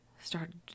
started